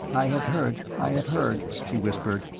i have heard, i have heard, she whispered.